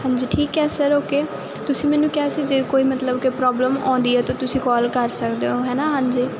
ਹਾਂਜੀ ਠੀਕ ਹੈ ਸਰ ਓਕੇ ਤੁਸੀਂ ਮੈਨੂੰ ਕਿਹਾ ਸੀ ਜੇ ਕੋਈ ਮਤਲਬ ਕਿ ਪ੍ਰੋਬਲਮ ਆਉਂਦੀ ਹੈ ਤਾਂ ਤੁਸੀਂ ਕਾਲ ਕਰ ਸਕਦੇ ਹੋ ਹੈ ਨਾ ਹਾਂਜੀ